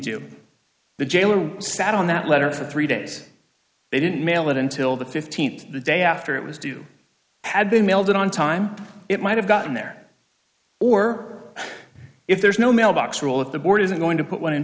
due the jailer sat on that letter three days they didn't mail it until the fifteenth the day after it was due had been mailed on time it might have gotten there or if there's no mailbox rule that the board isn't going to put one in